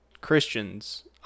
Christians